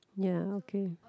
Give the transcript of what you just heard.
ya okay